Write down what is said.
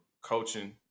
coaching